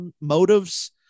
motives